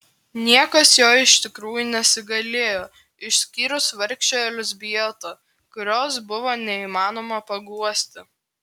niekas jo iš tikrųjų nesigailėjo išskyrus vargšę elzbietą kurios buvo neįmanoma paguosti